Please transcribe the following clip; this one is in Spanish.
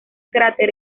cráter